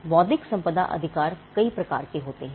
बौद्धिक संपदा अधिकार कई प्रकार के होते हैं